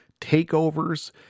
takeovers